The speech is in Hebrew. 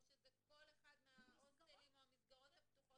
או שזה כל אחד מההוסטלים או המסגרות הפתוחות.